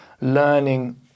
learning